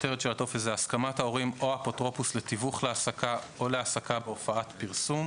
הסכמת ההורים או האפוטרופוס לתיווך להעסקה או להעסקה בהופעת פרסום